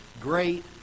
great